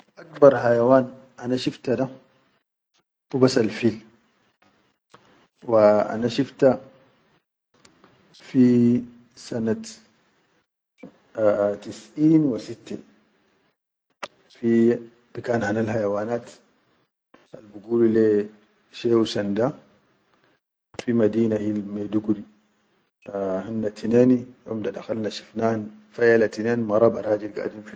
Akbar hayawan ana shifta da hubas al fil wa ana shifta fi sanat tisʼin wa sitte fibikanat hanal hayanwat al bigulu leyya shehu sanda fi madina hil Maiduguri hinna tineni yom da da khalna shifnan falyala tinen mara ba rajil.